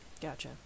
Gotcha